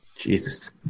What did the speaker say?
Jesus